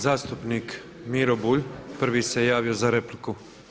Zastupnik Miro Bulj, prvi se javio za repliku.